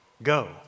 Go